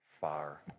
far